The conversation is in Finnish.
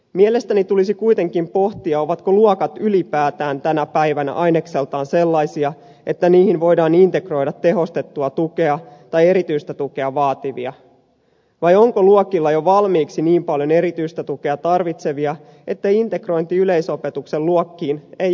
mielestäni tulisi kuitenkin pohtia ovatko luokat ylipäätään tänä päivänä ainekseltaan sellaisia että niihin voidaan integroida tehostettua tukea tai erityistä tukea vaativia vai onko luokilla jo valmiiksi niin paljon erityistä tukea tarvitsevia että integrointi yleisopetuksen luokkiin ei ole mahdollista